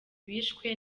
bishwe